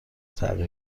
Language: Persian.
تغییر